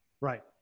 Right